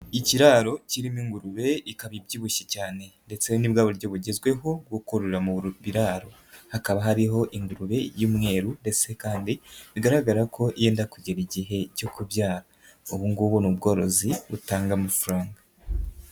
Ikiraro kirimo ingurube ikaba ibyibushye cyane ndetse n'ibwa buryo bugezweho bwo kororera mu biraro, hakaba hariho ingurube y'umweru ndetse kandi bigaragara ko yenda kugera igihe cyo kubyara, ubu ngubu ni ubworozi butanga amafaranga.